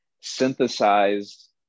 synthesized